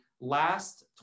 last